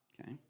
Okay